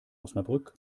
osnabrück